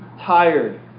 tired